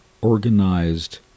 organized